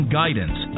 guidance